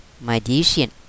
magician